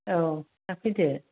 औ दा फैदो